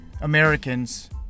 Americans